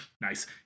nice